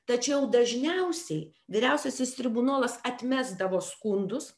tačiau dažniausiai vyriausiasis tribunolas atmesdavo skundus